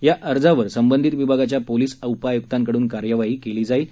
या अर्जावर संबंधित विभागाच्या पोलीस उपआयुकांकडून कार्यवाही केली जाणार आहे